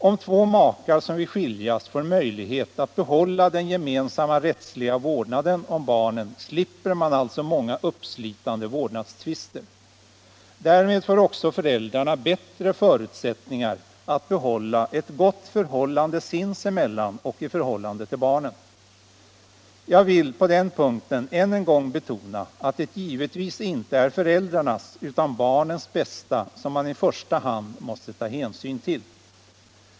Om två makar som vill skiljas får möjlighet att behålla den gemensamma rättsliga vårdnaden om barnen slipper man alltså många uppslitande vårdnadstvister. Därmed får också föräldrarna bättre förutsättningar att behålla en god relation sinsemellan och i förhållande till barnen. Jag vill på den punkten än en gång betona att det givetvis inte är föräldrarnas utan barnens bästa som man i första hand måste ta hänsyn till.